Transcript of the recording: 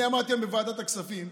אני אמרתי היום בוועדת הכספים: